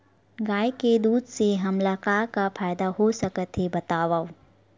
गाय के दूध से हमला का का फ़ायदा हो सकत हे बतावव?